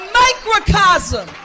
microcosm